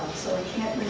so i can't